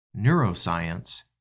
neuroscience